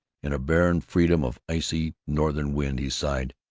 in a barren freedom of icy northern wind he sighed,